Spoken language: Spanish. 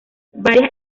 varias